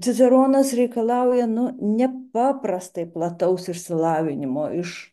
ciceronas reikalauja nu nepaprastai plataus išsilavinimo iš